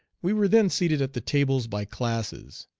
we were then seated at the tables by classes.